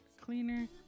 cleaner